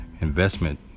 investment